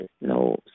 No